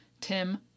Tim